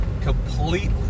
completely